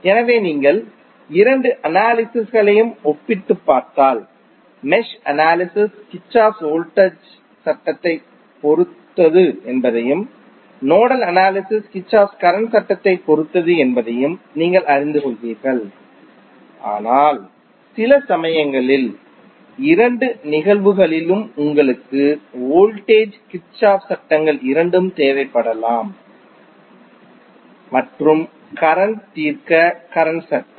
எனவே நீங்கள் இரண்டு அனாலிஸிஸ் களையும் ஒப்பிட்டுப் பார்த்தால் மெஷ் அனாலிஸிஸ் கிர்ச்சோஃப் வோல்டேஜ் சட்டத்தைப் பொறுத்தது என்பதையும் நோடல் அனாலிஸிஸ் கிர்ச்சோஃப் கரண்ட் சட்டத்தைப் பொறுத்தது என்பதையும் நீங்கள் அறிந்து கொள்வீர்கள் ஆனால் சில சமயங்களில் இரண்டு நிகழ்வுகளிலும் உங்களுக்கு வோல்டேஜ் கிர்ச்சோஃப் சட்டங்கள் இரண்டும் தேவைப்படலாம் சட்டம் மற்றும் கரண்ட் தீர்க்க கரண்ட் சட்டம்